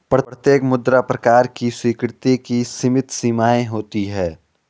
प्रत्येक मुद्रा प्रकार की स्वीकृति की सीमित सीमाएँ होती हैं